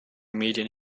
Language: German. medien